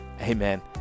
Amen